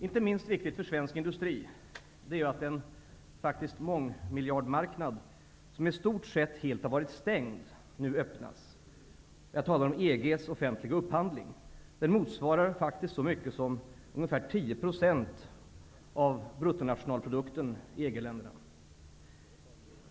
Inte minst viktigt för svensk industri är att en mångmiljardmarknad, som i stort sett helt har varit stängd, nu öppnas. Jag talar om EG:s offentliga upphandling. Den motsvarar ungefär 10 % av bruttonationalprodukten i EG-länderna.